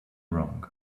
wrong